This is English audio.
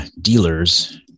dealers